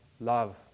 love